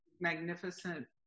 magnificent